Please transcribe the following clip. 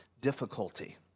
difficulty